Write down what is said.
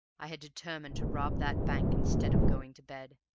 i had determined to rob that bank instead of going to bed,